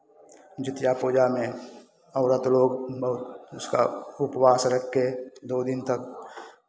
जितिया पूजा में औरत लोग बहुत उसका उपवास रख के दो दिन तक